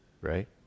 right